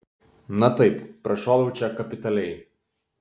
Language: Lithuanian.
na taip prašoviau čia kapitaliai